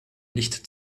nicht